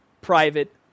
private